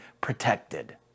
protected